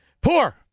Poor